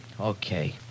Okay